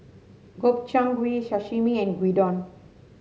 Gobchang Gui Sashimi and Gyudon